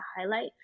highlight